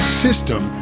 system